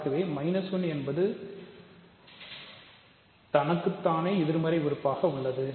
ஆகவே 1 என்பது தனக்கு எதிர்மறை உறுப்பாக உள்ளது